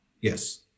Yes